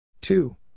two